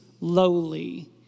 lowly